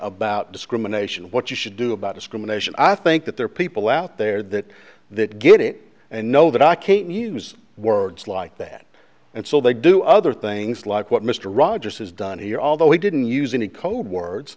about discrimination what you should do about discrimination i think that there are people out there that that get it and know that i came use words like that and so they do other things like what mr rogers has done here although he didn't use any code words